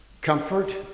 Comfort